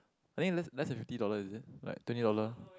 I think less less than fifty dollar is it like twenty dollar